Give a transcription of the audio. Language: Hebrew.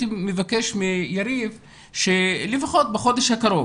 מבקש מיריב שלפחות בחודש הקרוב,